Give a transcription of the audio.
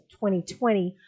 2020